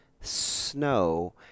Snow